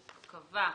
גבע,